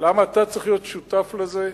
למה אתה צריך להיות שותף לזה?